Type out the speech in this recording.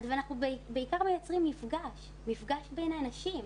ואנחנו בעיקר מייצרים מפגש בין האנשים,